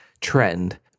trend